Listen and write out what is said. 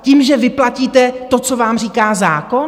Tím, že vyplatíte to, co vám říká zákon?